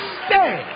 stay